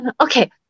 okay